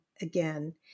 again